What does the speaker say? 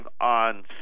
on